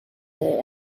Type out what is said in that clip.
their